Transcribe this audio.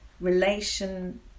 relation